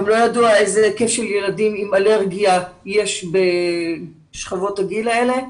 גם לא ידוע איזה היקף של ילדים עם אלרגיה יש בשכבות הגיל האלה,